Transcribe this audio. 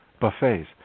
buffets